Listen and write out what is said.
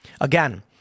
Again